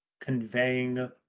conveying